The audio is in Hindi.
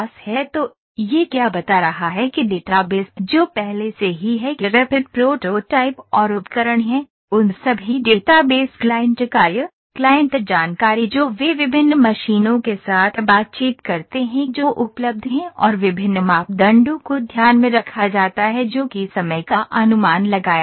तो यह क्या बता रहा है कि डेटा बेस जो पहले से ही है कि रैपिड प्रोटोटाइप और उपकरण हैं उन सभी डेटा बेस क्लाइंट कार्य क्लाइंट जानकारी जो वे विभिन्न मशीनों के साथ बातचीत करते हैं जो उपलब्ध हैं और विभिन्न मापदंडों को ध्यान में रखा जाता है जो कि समय का अनुमान लगाया जाता है